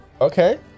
Okay